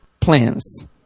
plans